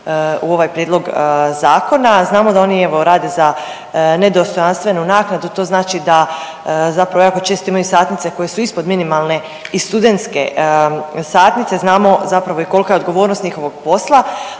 u ovaj prijedlog zakona, a znamo da oni evo rade za nedostojanstvenu naknadu. To znači da zapravo jako često imaju satnice koje su ispod minimalne i studentske satnice. Znamo zapravo i kolika je odgovornost njihovog posla,